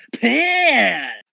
Pan